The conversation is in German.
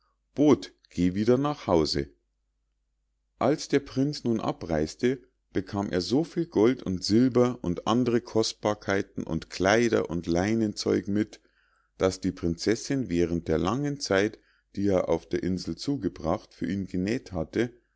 boot geh wieder nach hause als der prinz nun abreis'te bekam er so viel gold und silber und andre kostbarkeiten und kleider und leinenzeug mit das die prinzessinn während der langen zeit die er auf der insel zugebracht für ihn genäh't hatte